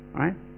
right